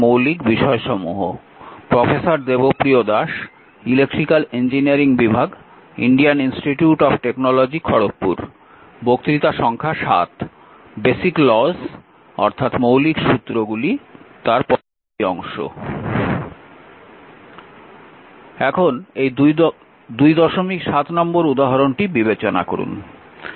মৌলিক সুত্রগুলি পরবর্তী অংশ এখন এই 27 নম্বর উদাহরণটি বিবেচনা করুন